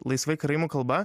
laisvai karaimų kalba